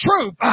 truth